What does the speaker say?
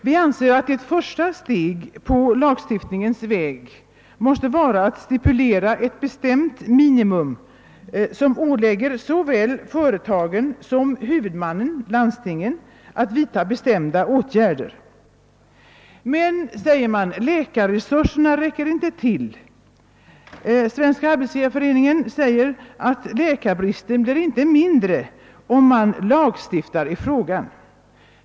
Vi anser att ett första steg på lagstiftningens väg måste vara att stipulera ett bestämt minimum som ålägger såväl företagen som huvudmännen, landstingen, att vidta bestämda åtgärder. Men, säger man, läkarresurserna räcker inte till. Svenska arbetsgivareföreningen anför att läkarbristen inte blir mindre om man lagstiftar i frågan.